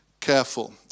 careful